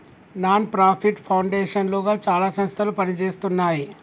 non profit foundation లుగా చాలా సంస్థలు పనిజేస్తున్నాయి